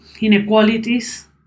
inequalities